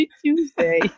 tuesday